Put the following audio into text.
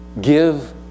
Give